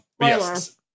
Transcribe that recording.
yes